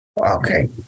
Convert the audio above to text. Okay